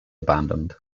abandoned